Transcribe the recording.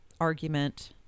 argument